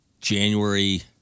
January